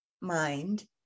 mind